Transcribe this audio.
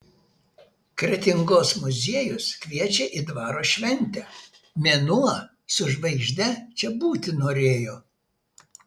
kretingos muziejus kviečia į dvaro šventę mėnuo su žvaigžde čia būti norėjo